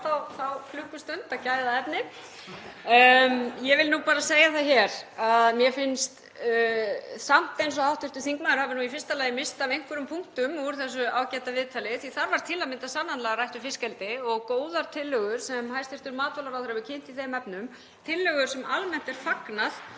þá klukkustund af gæðaefni. En ég vil segja það hér að mér finnst samt eins og hv. þingmaður hafi nú í fyrsta lagi misst af einhverjum punktum úr þessu ágæta viðtali því að þar var til að mynda sannarlega rætt um fiskeldi og góðar tillögur sem hæstv. matvælaráðherra hefur kynnt í þeim efnum, tillögur sem almennt er fagnað